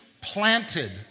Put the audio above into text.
planted